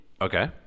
Okay